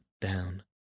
down